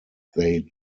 they